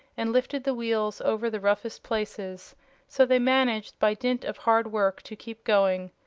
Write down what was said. and lifted the wheels over the roughest places so they managed, by dint of hard work, to keep going.